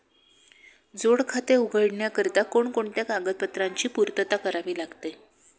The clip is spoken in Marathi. जोड खाते उघडण्याकरिता कोणकोणत्या कागदपत्रांची पूर्तता करावी लागते?